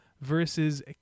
versus